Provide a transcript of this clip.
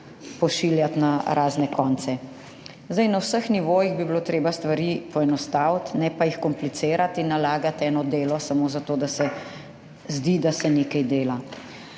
pošiljati na razne konce. Zdaj, na vseh nivojih bi bilo treba stvari poenostaviti, ne pa jih komplicirati in nalagati eno delo samo za to, da se zdi, da se nekaj dela.